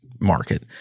market